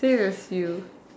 same as you